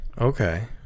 Okay